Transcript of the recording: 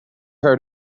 her